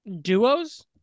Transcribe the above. Duos